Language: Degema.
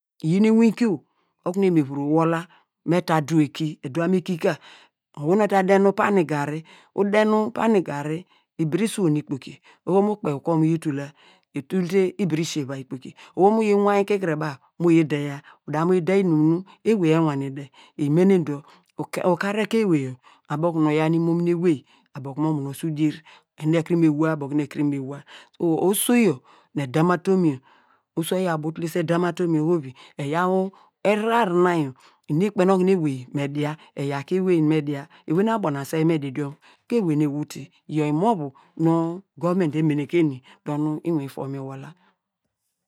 Iyin inwinkio okunu eni me vuv wol la me ta du eki, eduan mu eki ka owey nu ota den nu pani garri, ude nu pani garri ibire isuwon ikpoki oho nu mu kpe ukor mu yi tul la, itul te ibire iseva okpoki oho nu mu yi wanyi ikikire baw mu yi deya, mu yi deyi inum nu ewey ewane de, imenen dor ukar ekein ewey abo okunu oyaw nu imomini ewey abo kunu mo monese udier, enu abo okunu me wuwa tubo oso yor nu edam atum yor, oso oyaw ubo otule se edam atum ma dor oho vi eyaw irhor na yor inu ikpen okunu ewey me dia eya kie ewey nu me dia, ewey nu abo nu aswei nu me di idiom, ku ewey nu ewute iyor imovu nu goment me menene ke eni dor nu inwinfom mi wol la.